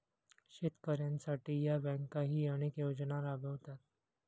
शेतकऱ्यांसाठी या बँकाही अनेक योजना राबवतात